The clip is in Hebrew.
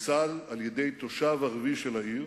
ניצל על-ידי תושב ערבי של העיר